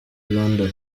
london